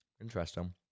Interesting